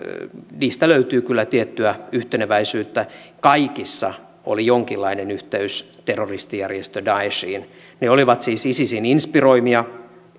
niistä löytyy kyllä tiettyä yhteneväisyyttä kaikissa oli jonkinlainen yhteys terroristijärjestö daeshiin ne olivat siis isisin inspiroimia